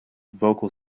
vocal